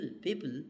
people